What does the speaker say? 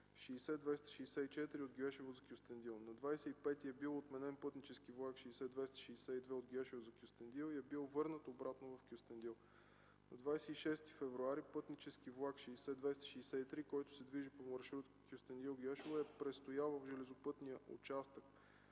60-264 от Гюешево за Кюстендил. На 25-и е бил отменен пътнически влак № 60-262 от Гюешево за Кюстендил и е бил върнат обратно в Кюстендил. На 26 февруари пътнически влак № 60263, който се движи по маршрута Кюстендил-Гюешево е престоял в железопътния участък